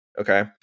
Okay